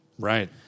Right